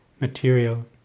material